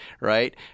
right